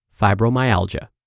fibromyalgia